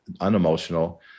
unemotional